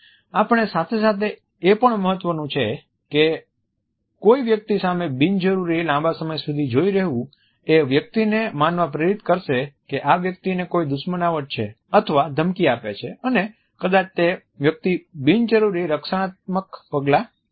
આપણે સાથે સાથે એ પણ મહત્વનું છે કે કોઈ વ્યક્તિ સામે બિનજરૂરી લાંબા સમય સુધી જોઈ રહેવું એ વ્યક્તિ ને માનવા પ્રેરિત કરશે કે આ વ્યક્તિ ને કોઈ દુશ્મનાવટ છે અથવા ધમકી આપે છે અને કદાચ તે વ્યક્તિ બિનજરૂરી રક્ષણાત્મક પગલા લઈ શકે છે